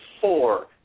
four